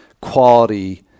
quality